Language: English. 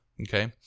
okay